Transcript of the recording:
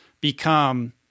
become